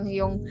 yung